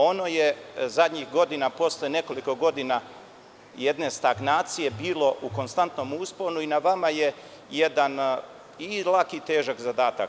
Ono je zadnjih godina, posle nekoliko godina jedne stagnacije, bilo u konstantnom usponu i na vama je jedan i lak i težak zadatak.